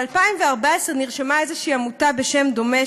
בשנת 2014 נרשמה איזושהי עמותה בשם דומה,